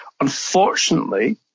unfortunately